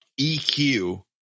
EQ